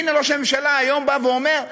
והנה ראש הממשלה היום אומר: